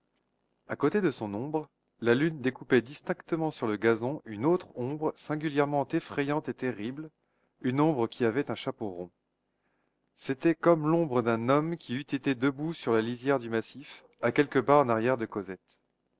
à côté de son ombre la lune découpait distinctement sur le gazon une autre ombre singulièrement effrayante et terrible une ombre qui avait un chapeau rond c'était comme l'ombre d'un homme qui eût été debout sur la lisière du massif à quelques pas en arrière de cosette